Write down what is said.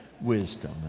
wisdom